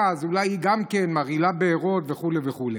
אז אולי גם היא מרעילה בארות וכו' וכו'.